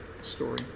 story